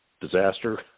disaster